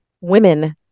women